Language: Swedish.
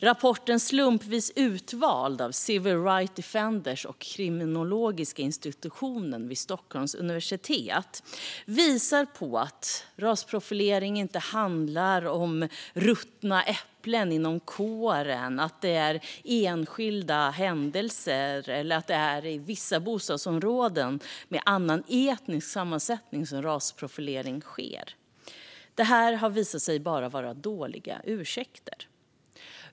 Rapporten Slumpvis utvald av Civil Rights Defenders och kriminologiska institutionen vid Stockholms universitet visar på att rasprofilering inte handlar om ruttna äpplen inom kåren, om enskilda händelser eller om vissa bostadsområden med annan etnisk sammansättning. Detta har visat sig vara dåliga ursäkter.